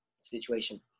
situation